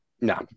no